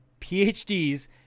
PhDs